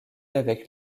avec